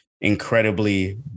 incredibly